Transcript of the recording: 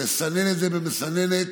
לסנן את זה במסננת